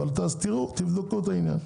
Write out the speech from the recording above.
אבל תבדקו את העניין.